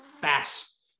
fast